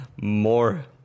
more